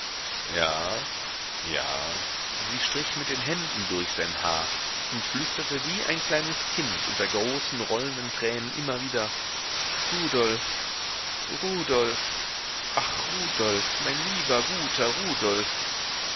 ja ja sie strich mit den händen durch sein haar und flüsterte wie ein kleines kind unter großen rollenden tränen immer wieder rudolf rudolf ach rudolf mein lieber guter rudolf